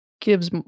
gives